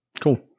Cool